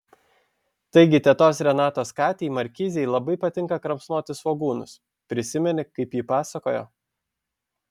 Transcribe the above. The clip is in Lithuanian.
taigi tetos renatos katei markizei labai patinka kramsnoti svogūnus prisimeni kaip ji pasakojo